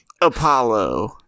Apollo